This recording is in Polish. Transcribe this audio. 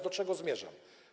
Do czego zmierzam?